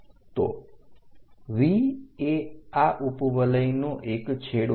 તો V એ આ ઉપવલયનો એક છેડો છે